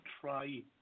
try